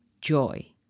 joy